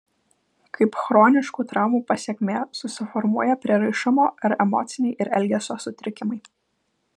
kaip chroniškų traumų pasekmė susiformuoja prieraišumo ar emociniai ir elgesio sutrikimai